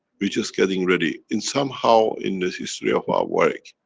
we're just getting ready. in somehow, in the history of our work,